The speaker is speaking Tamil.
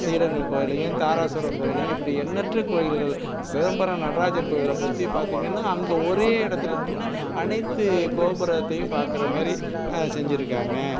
ஸ்ரீரங்கம் கோயிலையும் தாராசுரம் கோயிலையும் இப்படி எண்ணற்ற கோயில்கள் சிதம்பரம் நடராஜர் கோயிலைப் பற்றி பார்த்தீங்கன்னா அங்கே ஒரே இடத்தில நின்று அனைத்து கோபுரத்தையும் பார்க்குற மாதிரி செஞ்சிருக்காங்கள்